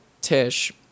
Tish